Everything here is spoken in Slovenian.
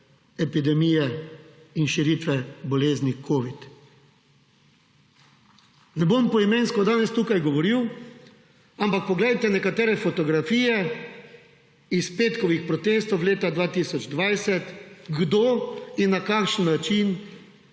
epidemije in širitve bolezni covid. Ne bom poimensko danes tukaj govoril, ampak poglejte nekatere fotografije iz petkovih protestov leta 2020. Kdo in na kakšen način